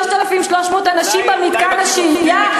3,300 אנשים במתקן השהייה,